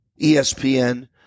ESPN